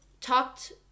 talked